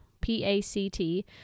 P-A-C-T